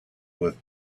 with